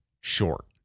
short